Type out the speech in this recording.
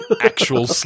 actual